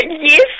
Yes